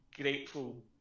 grateful